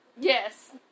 Yes